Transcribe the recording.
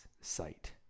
sight